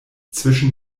zwischen